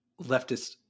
leftist